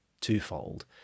twofold